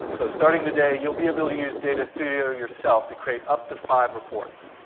so starting today you'll be able to use data studio yourself to create up to five reports.